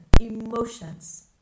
emotions